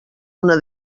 una